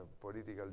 political